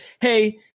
hey